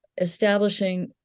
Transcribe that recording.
establishing